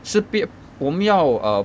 是比我们要 err